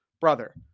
brother